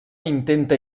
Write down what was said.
intenta